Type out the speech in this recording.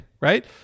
right